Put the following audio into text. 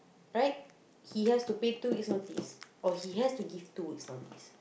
right he has to pay two weeks notice or he have to give two weeks notice